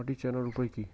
মাটি চেনার উপায় কি?